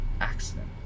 accident